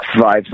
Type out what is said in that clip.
five